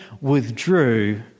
withdrew